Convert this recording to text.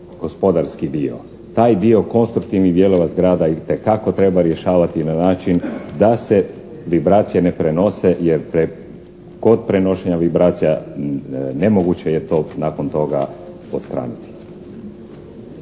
stambeno-gospodarski dio. Taj dio konstruktivnih dijelova zgrada itekako treba rješavati na način da se vibracije ne prenose jer kod prenošenja vibracija nemoguće je to nakon toga odstraniti.